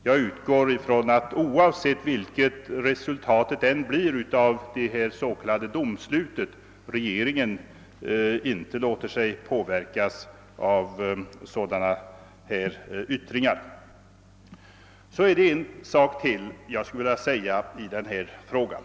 Jag utgår ifrån att oavsett resultatet av det s.k. domstolsutslaget regeringen inte Iåter sig påverkas av sådana meningsyttringar. Så är det en sak till jag vill säga i den här frågan.